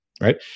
right